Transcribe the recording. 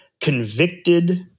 convicted